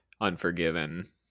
Unforgiven